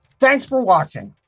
thanks for watching.